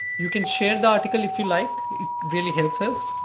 you can share the article if feel like, it really helps us,